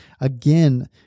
again